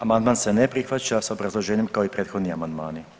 Amandman se ne prihvaća s obrazloženjem kao i prethodni amandmani.